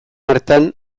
hartan